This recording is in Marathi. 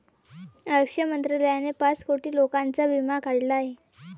आयुष मंत्रालयाने पाच कोटी लोकांचा विमा काढला आहे